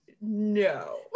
no